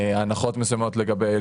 הנחות מסוימות לגבי דברים מסוימים.